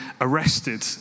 arrested